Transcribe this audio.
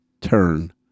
turn